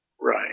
Right